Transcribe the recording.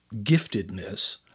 giftedness